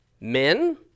men